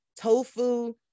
tofu